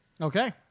Okay